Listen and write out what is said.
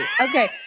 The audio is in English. Okay